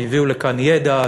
שהביאו לכאן ידע,